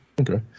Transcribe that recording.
Okay